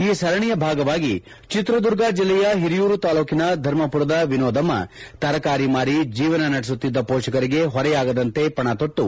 ಈ ಸರಣಿಯ ಭಾಗವಾಗಿ ಚಿತ್ರದುರ್ಗ ಜಿಲ್ಲೆಯ ಹಿರಿಯೂರು ತಾಲ್ಲೂಕಿನ ಧರ್ಮಪುರದ ವಿನೋದಮ್ನ ತರಕಾರಿ ಮಾರಿ ಜೀವನ ನಡೆಸುತ್ತಿದ್ದ ಪೋಷಕರಿಗೆ ಹೊರೆಯಾಗದಂತೆ ಪಣತೊಟ್ಟು